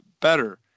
better